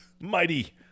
Mighty